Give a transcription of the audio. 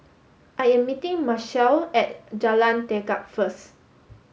I am meeting Machelle at Jalan Tekad first